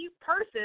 person